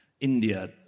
India